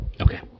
Okay